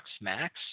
max